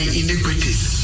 iniquities